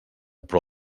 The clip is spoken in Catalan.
però